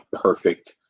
perfect